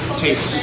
taste